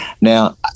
Now